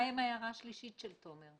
מה עם ההערה השלישית של תומר?